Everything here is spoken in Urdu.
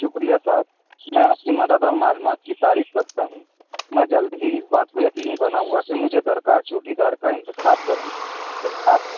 شکریہ سعد میں آپ کی مدد اور معلومات کی تعریف کرتا ہوں میں جلد ہی اس بات کو یقینی بناؤں گا کہ مجھے درکار چوڑی دار کا انتخاب کروں آپ